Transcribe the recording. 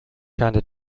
kinda